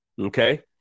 okay